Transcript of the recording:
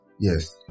yes